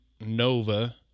Nova